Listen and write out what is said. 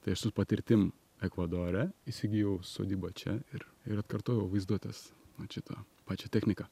tai aš su patirtim ekvadore įsigijau sodybą čia ir ir atkartojau vaizduotės vat šitą pačią techniką